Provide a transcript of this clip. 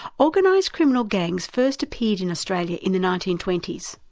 organised criminal gangs first appeared in australia in the nineteen twenty s.